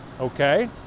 okay